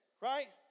right